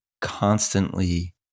constantly